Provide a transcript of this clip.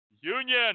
Union